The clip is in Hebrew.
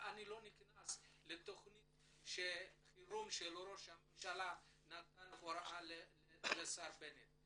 נכנס לתכנית החירום שראש הממשלה נתן הוראה לשר בנט,